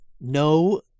No